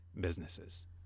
businesses